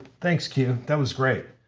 thanks, q. that was great.